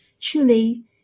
Truly